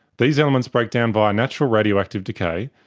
these elements break down via natural radioactive decay,